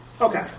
Okay